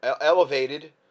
elevated